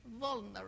vulnerable